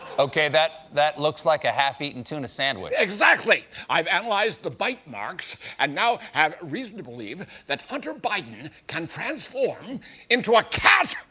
okay, that that looks like a half-eaten tuna sandwich? exactly! i've analyzed the bite marks and now have reason to believe that hunter biden can transform into a cat!